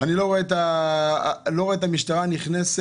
אני לא רואה את המשטרה נכנסת,